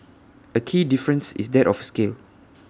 A key difference is that of scale